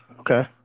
Okay